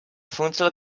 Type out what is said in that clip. funzel